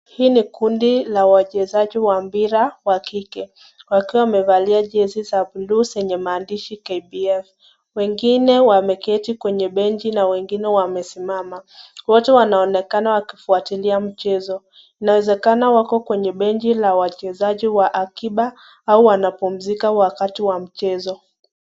Hii ni kundi la wachezaji wa mpira wa kike, wakiwa wamevalia jezi za blue zenye maandishi KBF.Wengine wameketi kwenye benchi na wengine wamesimama, wote wanaonekana wakifuatilia mchezo. Inawezekana wako kwenye benchi la wachezaji wa akiba au wanapumzika wakati wa mchezo.